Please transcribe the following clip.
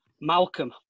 Malcolm